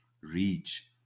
reach